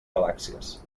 galàxies